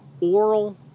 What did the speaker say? oral